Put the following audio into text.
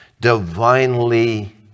divinely